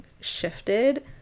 shifted